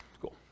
Cool